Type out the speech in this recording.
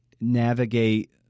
navigate